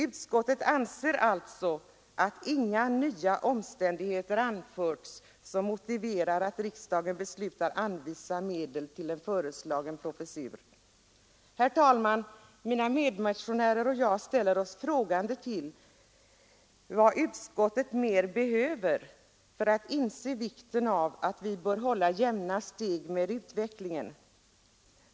Utskottet anser att inga nya omständigheter har anförts som motiverar att riksdagen beslutar anvisa medel till en föreslagen professur i audiologi. Mina medmotionärer och jag ställer oss frågande till vad utskottet mer behöver för att inse vikten av att vi på detta område håller jämna steg med utvecklingen.